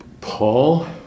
Paul